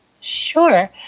Sure